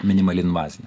minimaliai invazinė